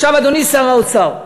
עכשיו, אדוני שר האוצר,